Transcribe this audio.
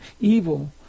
evil